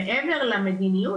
מעבר למדיניות,